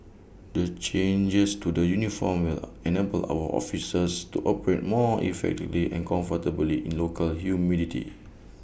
the changes to the uniforms will enable our officers to operate more effectively and comfortably in local humidity